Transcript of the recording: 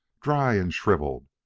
dry and shrivelled,